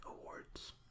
Awards